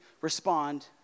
respond